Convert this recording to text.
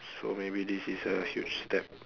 so maybe this is a huge step